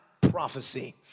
prophecy